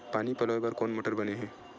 पानी पलोय बर कोन मोटर बने हे?